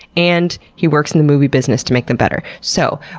and he works in the movie business to make them better. so,